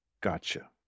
Gotcha